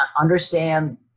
understand